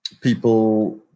people